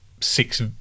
six